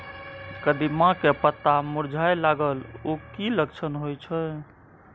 कदिम्मा के पत्ता मुरझाय लागल उ कि लक्षण होय छै?